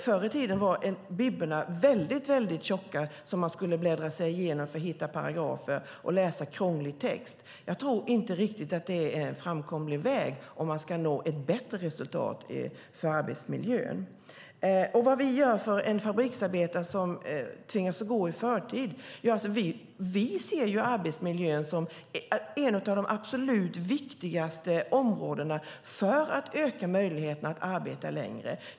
Förr i tiden var det väldigt tjocka bibbor man skulle bläddra sig igenom för att hitta paragrafer och läsa krånglig text. Jag tror inte riktigt att det är en framkomlig väg om man ska nå ett bättre resultat för arbetsmiljön. När det gäller fabriksarbetare som tvingas gå i förtid och vad vi gör vill jag säga att vi ser arbetsmiljön som ett av de absolut viktigaste områdena för att öka möjligheten att arbeta längre.